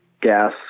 gas